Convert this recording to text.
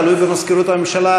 תלוי במזכירות הממשלה.